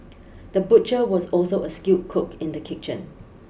the butcher was also a skilled cook in the kitchen